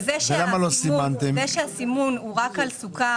זה שהסימון הוא רק על סוכר,